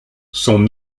son